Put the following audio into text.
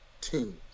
teams